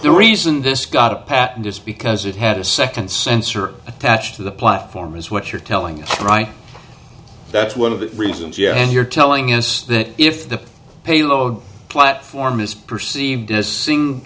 the reason this got a patent is because it had a second sensor attached to the platform is what you're telling us right that's one of the reasons yet you're telling us that if the payload platform is perceived as seeing